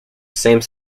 same